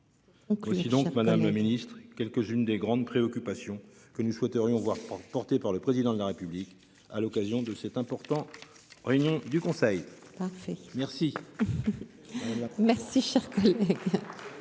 Ou donc Madame le Ministre quelques-unes des grandes préoccupations que nous souhaiterions voir porté par le président de la République à l'occasion de cette importante réunion du conseil. Parfait, merci. Merci cher collègue.